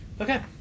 okay